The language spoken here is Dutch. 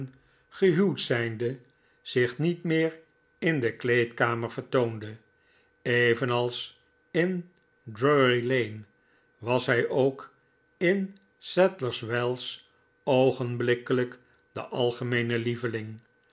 gehuwd zijnde zich niet meer in de kleedkamer vertoonde evenals in drury-lane was hi ook in sadlers wells oogenblikkelijk de algemeene lieveling